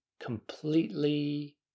completely